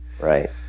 Right